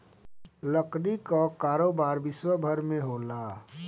लकड़ी कअ कारोबार विश्वभर में होला